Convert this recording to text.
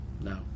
no